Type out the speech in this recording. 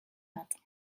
matin